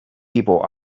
people